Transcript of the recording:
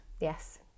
Yes